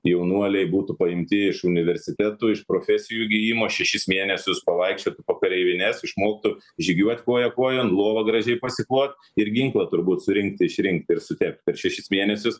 jaunuoliai būtų paimti iš universitetų iš profesijų įgijimo šešis mėnesius pavaikščioti po kareivines išmoktų žygiuot koja kojon lova gražiai pasiklot ir ginklą turbūt surinkti išrinkti ir sutepti per šešis mėnesius